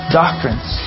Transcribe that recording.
doctrines